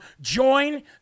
join